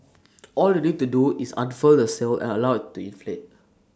all you need to do is unfurl the sail and allow IT to inflate